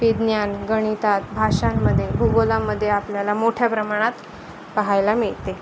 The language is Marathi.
विज्ञान गणितात भाषांमध्ये भूगोलामध्ये आपल्याला मोठ्या प्रमाणात पाहायला मिळते